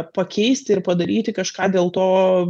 pakeisti ir padaryti kažką dėl to